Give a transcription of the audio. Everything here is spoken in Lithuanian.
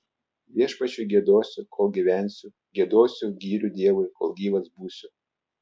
viešpačiui giedosiu kol gyvensiu giedosiu gyrių dievui kol gyvas būsiu